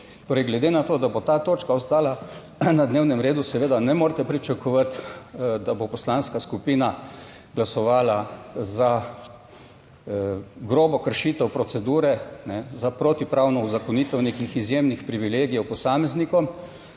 Torej, glede na to, da bo ta točka ostala na dnevnem redu, seveda ne morete pričakovati, da bo Poslanska skupina glasovala za grobo kršitev procedure za protipravno uzakonitev nekih izjemnih privilegijev posameznikom,